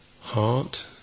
heart